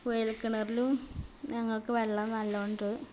കുഴൽക്കിണറലും ഞങ്ങൾക്ക് വെള്ളം നല്ലോണമുണ്ട്